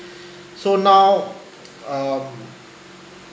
so now um